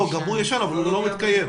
הוא ישן אבל לא מתקיים.